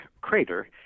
crater